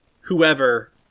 whoever